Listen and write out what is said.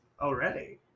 already